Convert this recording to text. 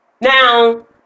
Now